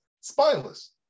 spineless